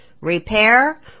repair